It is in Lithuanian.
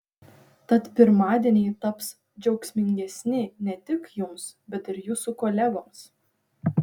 tad pirmadieniai taps džiaugsmingesni ne tik jums bet ir jūsų kolegoms